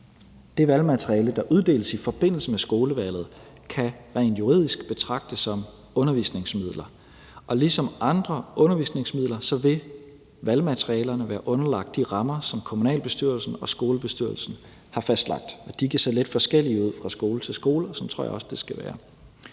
Det valgmateriale, der uddeles i forbindelse med skolevalget, kan rent juridisk betragtes som undervisningsmidler. Ligesom andre undervisningsmidler vil valgmaterialet være underlagt de rammer, som kommunalbestyrelsen og skolebestyrelsen har fastsat, og de kan se forskellige ud fra skole til skole, og sådan tror jeg også det skal være.